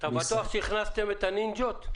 אתה בטוח שהכנסתם את הנינג'ות?